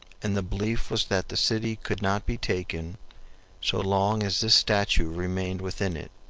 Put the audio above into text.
and the belief was that the city could not be taken so long as this statue remained within it.